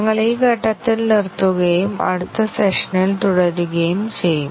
ഞങ്ങൾ ഈ ഘട്ടത്തിൽ നിർത്തുകയും അടുത്ത സെഷനിൽ തുടരുകയും ചെയ്യും